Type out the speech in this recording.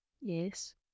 Yes